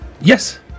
Yes